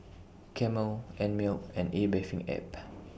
Camel Einmilk and A Bathing Ape